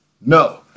No